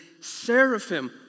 seraphim